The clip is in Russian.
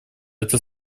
это